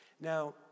Now